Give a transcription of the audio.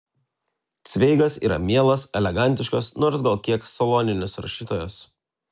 cveigas yra mielas elegantiškas nors gal kiek saloninis rašytojas